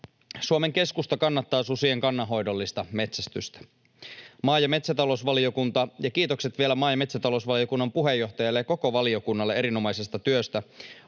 Suomen keskusta kannattaa susien kannanhoidollista metsästystä. Maa- ja metsätalousvaliokunta — ja kiitokset vielä maa- ja metsätalousvaliokunnan puheenjohtajalle ja koko valiokunnalle erinomaisesta työstä